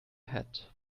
hat